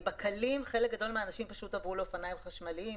בקלים יותר חלק גדול מהאנשים עברו לאופניים חשמליים,